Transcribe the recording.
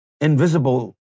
invisible